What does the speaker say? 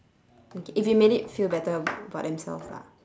okay if it made it feel better about themselves lah